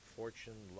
fortune